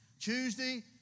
Tuesday